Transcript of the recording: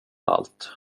allt